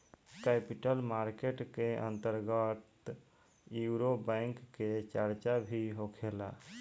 capital market के अंतर्गत Eurobond के चार्चा भी होखेला